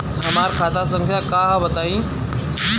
हमार खाता संख्या का हव बताई?